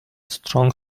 strong